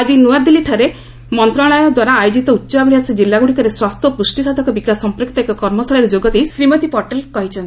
ଆଜି ନ୍ତଆଦିଲ୍ଲୀଠାରେ ମନ୍ତ୍ରଣାଳୟ ଦ୍ୱାରା ଆୟୋଜିତ ଉଚ୍ଚାଭିଳାଷୀ ଜିଲ୍ଲାଗୁଡିକରେ ସ୍ୱାସ୍ଥ୍ୟ ଓ ପୁଷ୍ଟିସାଧକ ବିକାଶ ସମ୍ପର୍କୀତ ଏକ କର୍ମଶାଳାରେ ଯୋଗଦେଇ ଶ୍ରୀ ପଟେଲ ଏହା କହିଛନ୍ତି